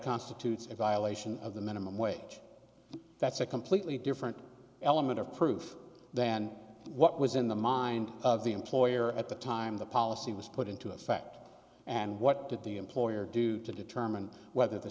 constitutes a violation of the minimum wage that's a completely different element of proof then what was in the mind of the employer at the time the policy was put into effect and what did the employer do to determine whether the